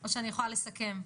אז אנחנו נסכם.